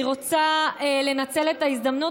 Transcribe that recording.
אני רוצה לנצל את ההזדמנות,